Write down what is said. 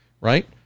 right